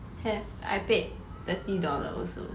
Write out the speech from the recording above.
have I paid thirty dollar also